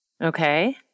Okay